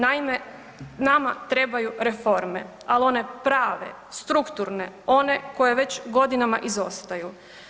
Naime, nama trebaju reforme, al one prave, strukturne, one koje već godinama izostaju.